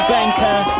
Banker